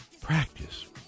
practice